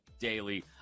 Daily